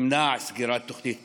שתמנע את סגירת תוכנית קרב?